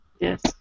Yes